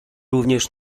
również